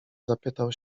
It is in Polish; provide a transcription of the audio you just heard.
zapytał